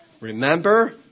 remember